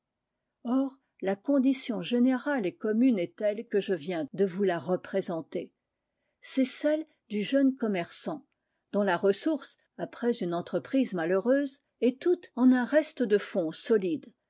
or la condition générale et commune est telle que je viens de vous la représenter c'est celle du jeune commerçant dont la ressource après une entreprise malheureuse est toute en un reste de fonds solide